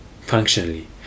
Functionally